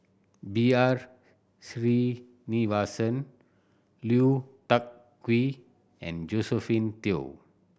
B R Sreenivasan Lui Tuck Yew and Josephine Teo